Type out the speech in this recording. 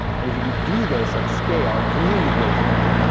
and if you can do this at scale, community grazing land,